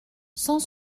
cent